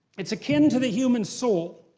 it's akin to the human soul.